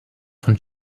von